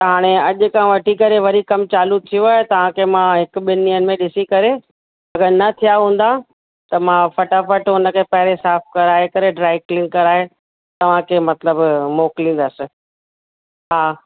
त हाणे अॼ खां वठी करे वरी कम चालू थियो आहे तव्हांखे मां हिक ॿिनि ॾींहनि में ॾिसी करे अगरि न थिया हूंदा त मां फ़टाफ़ट हुन खे पेहिरे साफ़ करे ड्राइ क्लीन कराए तव्हांखे मतिलब मोकिलींदसि हा